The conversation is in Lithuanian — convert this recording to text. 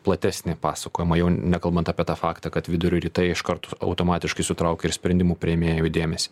platesnį pasakojimą jau nekalbant apie tą faktą kad vidurio rytai iš karto automatiškai sutraukia ir sprendimų priėmėjų dėmesį